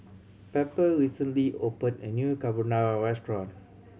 Pepper recently opened a new Carbonara Restaurant